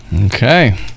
Okay